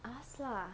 ask lah